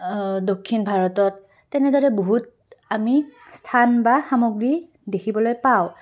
দক্ষিণ ভাৰতত তেনেদৰে বহুত আমি স্থান বা সামগ্ৰী দেখিবলৈ পাওঁ